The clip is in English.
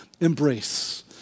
embrace